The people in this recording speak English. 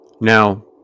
Now